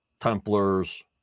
templars